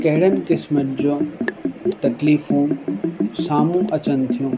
कहिड़नि क़िस्मनि जा तक़लीफ़ूं साम्हूं अचनि थियूं